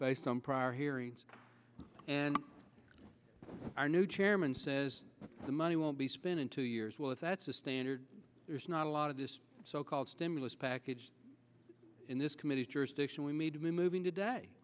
based on prior hearings and our new chairman says the money won't be spent in two years well if that's the standard there's not a lot of this so called stimulus package in this committee jurisdiction we need to be moving today